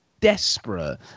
desperate